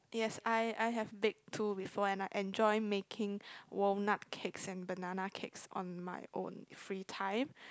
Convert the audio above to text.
yes I I have baked two before and I'm enjoy baking walnut cakes and banana cakes on my own free time